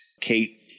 Kate